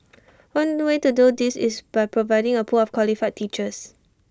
one way to do this is by providing A pool of qualified teachers